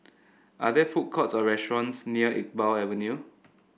are there food courts or restaurants near Iqbal Avenue